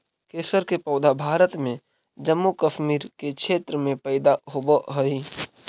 केसर के पौधा भारत में जम्मू कश्मीर के क्षेत्र में पैदा होवऽ हई